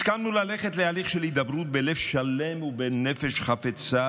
הסכמנו ללכת להליך של הידברות בלב שלם ובנפש חפצה,